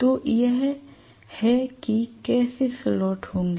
तो यह है कि कैसे स्लॉट होंगे